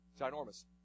ginormous